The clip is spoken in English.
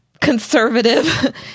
conservative